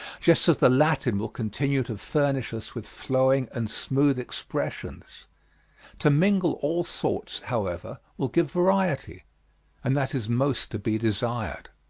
just as the latin will continue to furnish us with flowing and smooth expressions to mingle all sorts, however, will give variety and that is most to be desired.